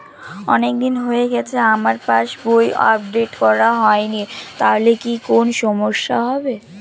অনেকদিন হয়ে গেছে আমার পাস বই আপডেট করা হয়নি তাহলে কি কোন সমস্যা হবে?